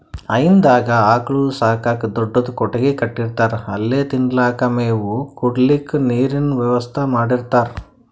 ಹೈನಾದಾಗ್ ಆಕಳ್ ಸಾಕಕ್ಕ್ ದೊಡ್ಡದ್ ಕೊಟ್ಟಗಿ ಕಟ್ಟಿರ್ತಾರ್ ಅಲ್ಲೆ ತಿನಲಕ್ಕ್ ಮೇವ್, ಕುಡ್ಲಿಕ್ಕ್ ನೀರಿನ್ ವ್ಯವಸ್ಥಾ ಮಾಡಿರ್ತಾರ್